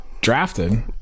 drafted